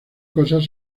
cosas